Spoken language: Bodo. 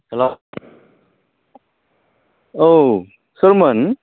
हेल्ल' औ सोरमोन